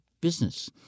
business